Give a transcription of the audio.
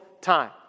time